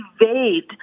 evade